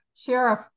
Sheriff